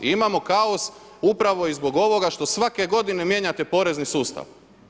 Imamo kaos upravo i zbog ovoga što svake godine mijenjate porezni sustav.